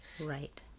right